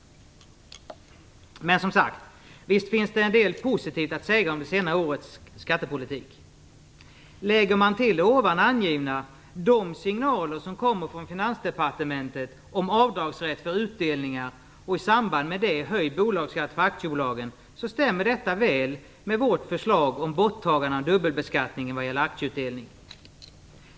Men, som sagt, visst finns det en hel del positivt att säga om det senaste årets skattepolitik. Lägger man till de signaler som kommer från Finansdepartementet om avdragsrätt för utdelningar och höjd bolagsskatt för aktiebolag, stämmer detta med vårt förslag om borttagande av dubbelbeskattningen när det gäller aktieutdelning.